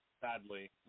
Sadly